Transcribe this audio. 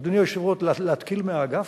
אדוני היושב-ראש, להתקיל מהאגף?